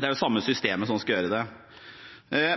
Det er det samme systemet som skal gjøre det.